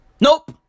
Nope